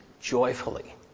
joyfully